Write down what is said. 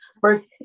First